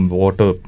water